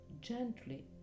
gently